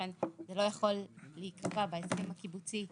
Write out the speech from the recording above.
לכן זה לא יכול להיקבע בהסכם הקיבוצי עצמו,